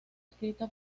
escrita